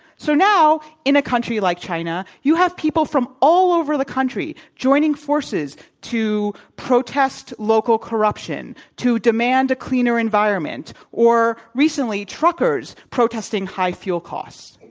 so now in a country like china you have people from all over the country joining forces to protest local corruption, to demand a cleaner environment, or recently truckers protesting high fuel costs.